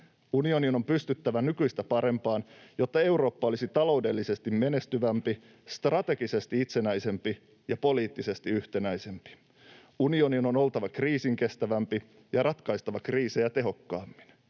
Unionin on pystyttävä nykyistä parempaan, jotta Eurooppa olisi taloudellisesti menestyvämpi, strategisesti itsenäisempi ja poliittisesti yhtenäisempi. Unionin on oltava kriisinkestävämpi ja ratkaistava kriisejä tehokkaammin.